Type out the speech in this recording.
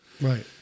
Right